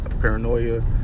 paranoia